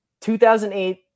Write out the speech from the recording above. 2008